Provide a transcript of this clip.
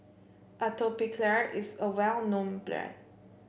Atopiclair is a well known brand